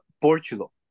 Portugal